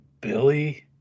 Billy